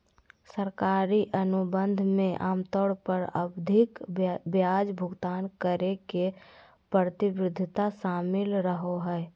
सरकारी अनुबंध मे आमतौर पर आवधिक ब्याज भुगतान करे के प्रतिबद्धता शामिल रहो हय